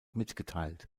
mitgeteilt